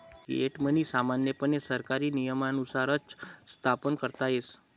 fiat money सामान्यपणे सरकारी नियमानुसारच स्थापन करता येस